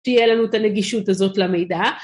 שיהיה לנו את הנגישות הזאת למידע.